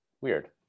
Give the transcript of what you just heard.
Weird